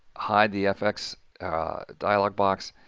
hide the fx dialog box.